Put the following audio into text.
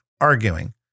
arguing